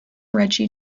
reggie